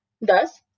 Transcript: Thus